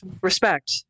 Respect